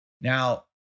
Now